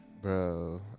bro